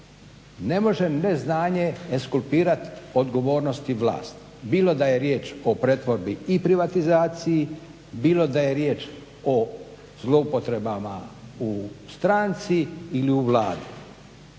ne može neznanje ekskulpirat, odgovornosti vlasti. Bilo da je riječ o pretvorbi i privatizaciji, bilo da je riječ o zloupotrebama u stranici ili u Vladi,